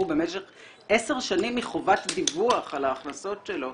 במשך עשר שנים מחובת דיווח על ההכנסות שלו,